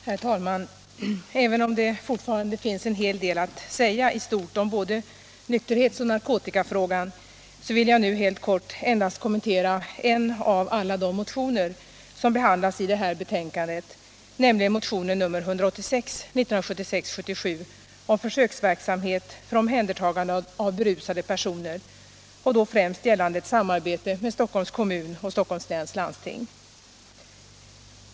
Herr talman! Även om det fortfarande finns en hel del att säga i stort om både nykterhetsoch narkotikafrågan, vill jag nu helt kort kommentera endast en av alla de motioner söm behandlas i det här betänkandet, nämligen motionen 1976/77:186 om försöksverksamhet med omhändertagande av berusade personer, då främst gällande ett samarbete med Stockholms kommun och Stockholms läns landsting.